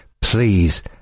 Please